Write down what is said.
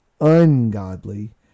ungodly